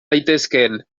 daitezkeen